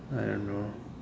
I don't know